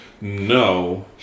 no